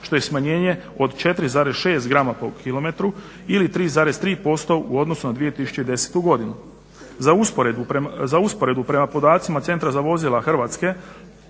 što je smanjenje od 4,6 g/km ili 3,3% u odnosu na 2010. godinu. Za usporedbu, prema podacima Centra za vozila Hrvatske